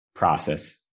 Process